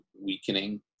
weakening